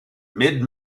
mid